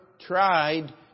tried